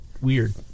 weird